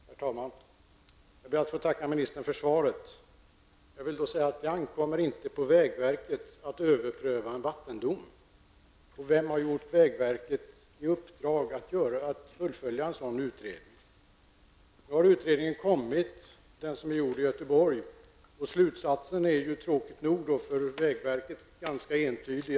Herr talman! Jag ber att få tacka kommunikationsministern för svaret. Det ankommer inte på vägverket att överpröva en vattendom. Vem har gett vägverket i uppdrag att fullfölja en sådan utredning? Den i Göteborg gjorda utredningen har nu framlagts, och slutsatsen -- tråkigt nog för vägverket -- är ganska entydig.